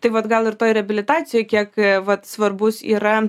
tai vat gal ir toj reabilitacijoj kiek vat svarbus yra